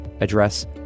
address